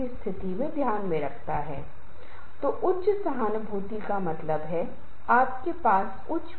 जैसे कभी कभी माता पिता छोटे बच्चों से कह रहे हैं कि तुम प्रदर्शन करो तुम अपना होमवर्क पूरा कर लो और फिर मैं तुम्हें चॉकलेट दूंगा